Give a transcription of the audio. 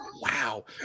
Wow